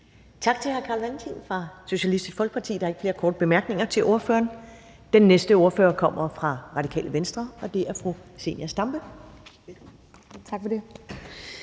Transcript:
Tak til hr. Carl Valentin fra Socialistisk Folkeparti. Der er ikke flere korte bemærkninger til ordføreren. Den næste ordfører kommer fra Radikale Venstre, og det er fru Zenia Stampe. Velkommen.